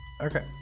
Okay